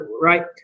right